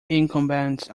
incumbents